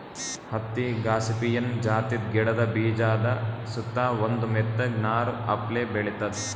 ಹತ್ತಿ ಗಾಸಿಪಿಯನ್ ಜಾತಿದ್ ಗಿಡದ ಬೀಜಾದ ಸುತ್ತಾ ಒಂದ್ ಮೆತ್ತಗ್ ನಾರ್ ಅಪ್ಲೆ ಬೆಳಿತದ್